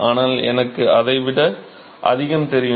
ஆனால் எனக்கு அதைவிட அதிகம் தெரியும்